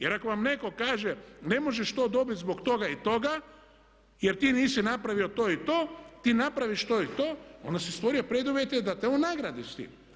Jer ako vam netko kaže ne možeš to dobit zbog toga i toga jer ti nisi napravio to i to, ti napraviš to i to, onda si stvorio preduvjete da te on nagradi s tim.